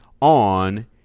on